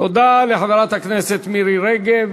תודה לחברת הכנסת מירי רגב.